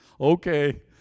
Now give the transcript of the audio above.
Okay